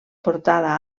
portada